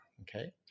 Okay